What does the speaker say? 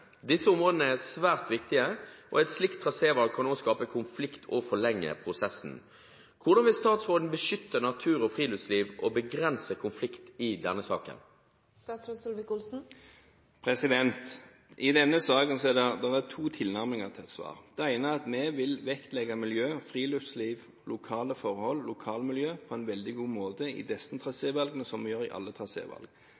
Disse områdene er svært viktige, og et slikt trasévalg kan også skape konflikt og forlenge prosessen. Hvordan vil statsråden beskytte natur og friluftsliv og begrense konflikt i denne saken?» I denne saken har det vært to tilnærminger til svar. Det ene er at vi vil vektlegge miljø, friluftsliv, lokale forhold og lokalmiljø på en veldig god måte i disse